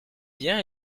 bien